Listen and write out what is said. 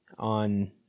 on